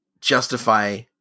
justify